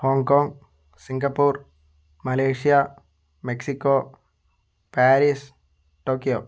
Hong Kong Singapore Malaysia Mexico Paris Tokyo